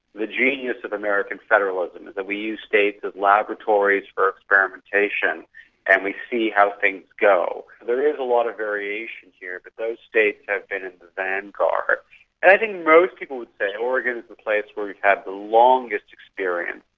the genius of american federalism, in that we use states as laboratories for experimentation and we see how things go. there is a lot of variation here, but those states have been in the vanguard. and i think most people would say oregon is the place where you have the longest experience.